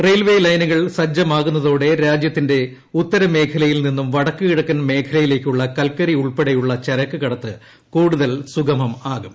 railway ലൈനുകൾ സജ്ജമാകുന്നതോടെ രാജ്യത്തിന്റെ ഉത്തരമേഖലയിൽ നിന്നും വടക്കുകിഴക്കൻ മേഖലയിലേക്കുള്ള കൽക്കരി ഉൾപ്പെടെയുള്ള ചരക്ക് കടത്ത് കൂടുതൽ സുഗമമാകും